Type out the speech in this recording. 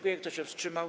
Kto się wstrzymał?